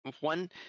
One